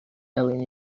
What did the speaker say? elin